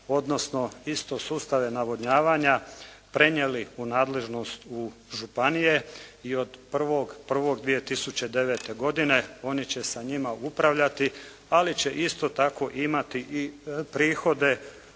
odnosno isto sustave navodnjavanja prenijeli u nadležnost u županije i od 01. 01 2009. godine oni će sa njima upravljati, ali će isto tako imati i prihode